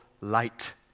light